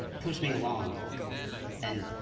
pushed me along and